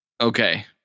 Okay